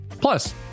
Plus